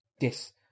Yes